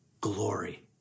glory